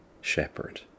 shepherd